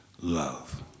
love